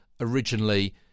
originally